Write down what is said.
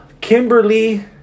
Kimberly